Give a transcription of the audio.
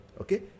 okay